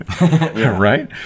right